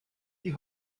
die